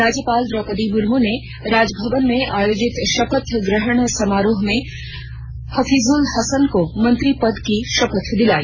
राज्यपाल द्रौपदी मुर्मू ने राजभवन में आयोजित शपथ ग्रहण समारोह में हफीजुल हसन को मंत्री पद की शपथ दिलाई